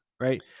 right